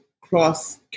cross